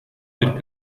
per